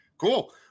Cool